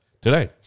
today